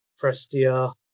Prestia